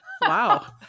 Wow